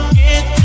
get